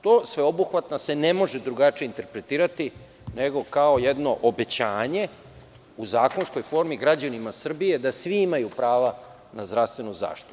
To sveobuhvatna se ne može drugačije interpretirati, nego kao jedno obećanje u zakonskoj formi građanima Srbije, da svi imaju prava na zdravstvenu zaštitu.